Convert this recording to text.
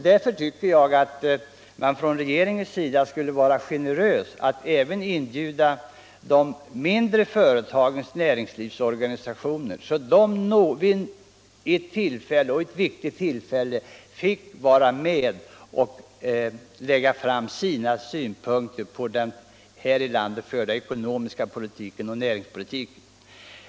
Därför tycker jag att regeringen skulle vara generös och även inbjuda de mindre företagens näringslivsorganisationer, så att de vid ett viktigt tillfälle fick lägga fram sina synpunkter på den här i landet förda ekonomiska politiken och näringspolitiken.